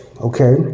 Okay